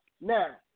Now